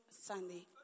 Sunday